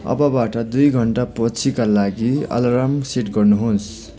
अबबाट दुई घन्टापछिका लागि अलार्म सेट गर्नुहोस्